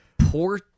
poor –